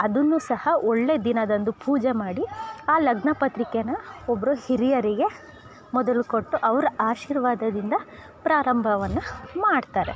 ಅದನ್ನು ಸಹ ಒಳ್ಳೆ ದಿನದಂದು ಪೂಜೆ ಮಾಡಿ ಆ ಲಗ್ನಪತ್ರಿಕೆಯನ್ನು ಒಬ್ಬರು ಹಿರಿಯರಿಗೆ ಮೊದಲು ಕೊಟ್ಟು ಅವ್ರ ಆಶೀರ್ವಾದದಿಂದ ಪ್ರಾರಂಭವನ್ನ ಮಾಡ್ತಾರೆ